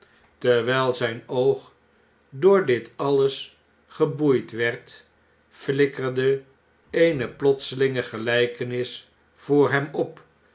terwjjl zjjn oog door dit alles geboeid werd flikkerde eene plotselinge geljjkenis voor hem op